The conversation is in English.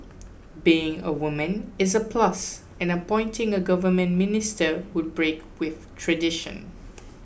being a woman is a plus and appointing a government minister would break with tradition